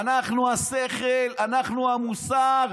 אנחנו השכל, אנחנו המוסר,